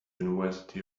university